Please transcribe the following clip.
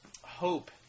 Hope